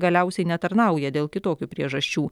galiausiai netarnauja dėl kitokių priežasčių